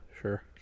Sure